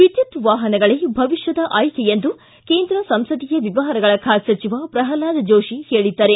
ವಿದ್ಯುತ್ ವಾಹನಗಳೇ ಭವಿಷ್ಯದ ಆಯ್ಲೆ ಎಂದು ಕೇಂದ್ರ ಸಂಸದೀಯ ವ್ಯವಹಾರಗಳ ಖಾತೆ ಸಚಿವ ಪ್ರಲ್ನಾದ ಜೋಶಿ ಹೇಳಿದ್ದಾರೆ